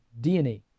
DNA